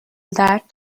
that